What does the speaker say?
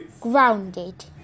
grounded